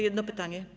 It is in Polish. Jedno pytanie.